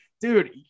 dude